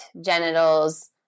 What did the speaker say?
genitals